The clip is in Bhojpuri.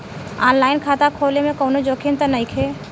आन लाइन खाता खोले में कौनो जोखिम त नइखे?